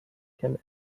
can